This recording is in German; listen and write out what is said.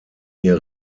ihr